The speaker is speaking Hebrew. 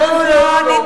לא.